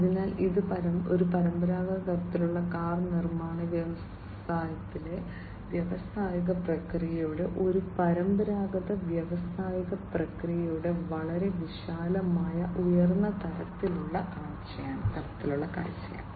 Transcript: അതിനാൽ ഇത് ഒരു പരമ്പരാഗത തരത്തിലുള്ള കാർ നിർമ്മാണ വ്യവസായത്തിലെ വ്യാവസായിക പ്രക്രിയയുടെ ഒരു പരമ്പരാഗത വ്യാവസായിക പ്രക്രിയയുടെ വളരെ വിശാലമായ ഉയർന്ന തലത്തിലുള്ള കാഴ്ചയാണ്